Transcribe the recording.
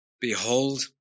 Behold